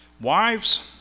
Wives